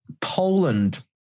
Poland